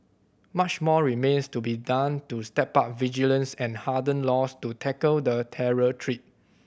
much more remains to be done to step up vigilance and harden laws to tackle the terror threat